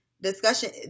Discussion